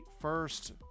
first